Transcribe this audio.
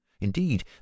Indeed